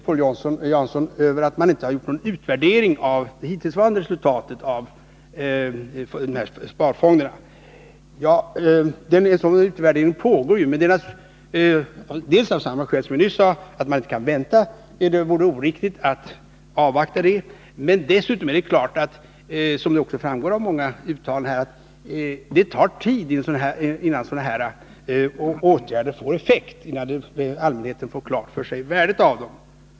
Paul Jansson klagade över att man inte hade gjort någon utvärdering av det hittillsvarande resultatet av dessa sparformer. En sådan utvärdering pågår. Av samma skäl som jag förut angav vore det emellertid inte riktigt att avvakta resultatet av den. Dessutom tar det, som också framgår av många uttalanden, tid innan sådana här åtgärder får effekt, innan allmänheten får klart för sig värdet av dem.